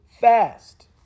fast